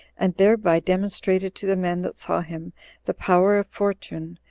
and thereby demonstrated to the men that saw him the power of fortune,